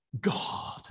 God